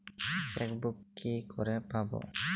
Chequebook কি করে পাবো?